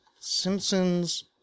Simpson's